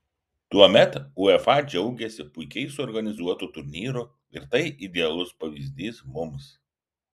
tuomet uefa džiaugėsi puikiai suorganizuotu turnyru ir tai idealus pavyzdys mums